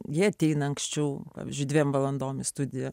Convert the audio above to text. jie ateina anksčiau pavyzdžiui dviem valandom į studiją